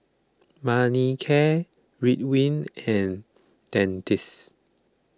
Manicare Ridwind and Dentiste